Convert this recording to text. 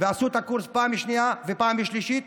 ולכן עברו את הקורס פעם שנייה ופעם שלישית.